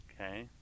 Okay